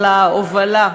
על ההובלה,